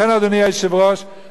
תרשה לי להסכים,